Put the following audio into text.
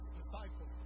disciple